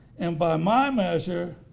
and by my measure,